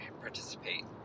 participate